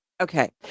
Okay